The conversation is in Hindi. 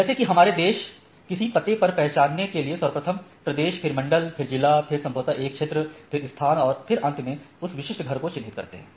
जैसे कि हमारे देश किसी पते पर पहोचने के लिऐ सर्वप्रथम प्रदेश फिर मंडल फिर जिला फिर संभवत एक क्षेत्र फिर स्थान और फिर अंत में उस विशिष्ट घर को चिन्हित करते है